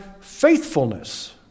faithfulness